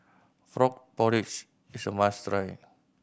frog porridge is a must try